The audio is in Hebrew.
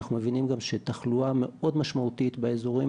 אנחנו מבינים גם שתחלואה מאוד משמעותית באזורים